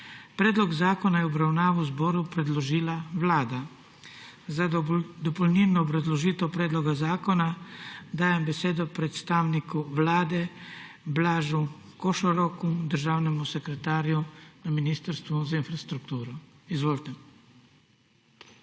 Predlog zakona je v obravnavo zboru predložila Vlada. Za dopolnilno obrazložitev predloga zakona dajem besedo predstavniku Vlade, Blažu Košoroku, državnemu sekretarju na Ministrstvu za infrastrukturo. Izvolite.